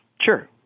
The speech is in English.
Sure